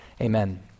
Amen